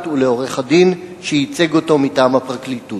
ולעורך-דין שייצג אותו מטעם הפרקליטות.